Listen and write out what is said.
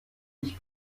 ich